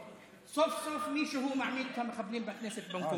"סוף-סוף מישהו מעמיד את המחבלים בכנסת במקומם".